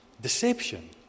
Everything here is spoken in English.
Deception